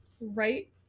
Right